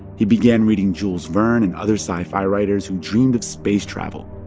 he began reading jules verne and other sci-fi writers who dreamed of space travel,